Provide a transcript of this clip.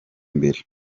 imbere